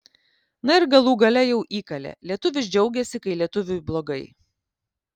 na ir galų gale jau įkalė lietuvis džiaugiasi kai lietuviui blogai